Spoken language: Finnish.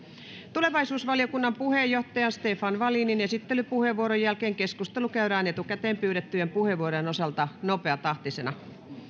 tulevaisuusvaliokunnan puheenjohtajan stefan wallinin esittelypuheenvuoron jälkeen keskustelu käydään etukäteen pyydettyjen puheenvuorojen osalta nopeatahtisena